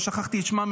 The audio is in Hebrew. שכחתי את שמה,